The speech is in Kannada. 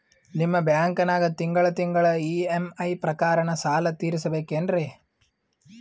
ನಿಮ್ಮ ಬ್ಯಾಂಕನಾಗ ತಿಂಗಳ ತಿಂಗಳ ಇ.ಎಂ.ಐ ಪ್ರಕಾರನ ಸಾಲ ತೀರಿಸಬೇಕೆನ್ರೀ?